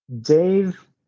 Dave